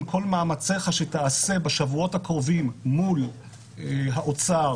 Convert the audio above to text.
עם כל מאמציך שתעשה בשבועות הקרובים מול האוצר